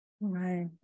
Right